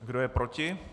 Kdo je proti?